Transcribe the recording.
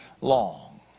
long